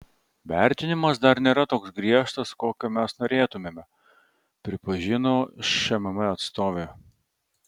vertinimas dar nėra toks griežtas kokio mes norėtumėme pripažino šmm atstovė